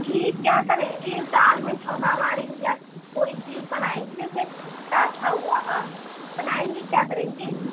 घी क्या करेंगी दाल में छौका मारेंगी या कोई चीज बनाएंगी जैसे पराठा हुआ बनायेंगी क्या करेंगी